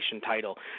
title